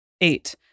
eight